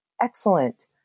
excellent